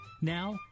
Now